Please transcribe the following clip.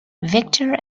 victor